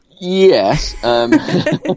Yes